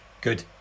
good